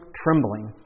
trembling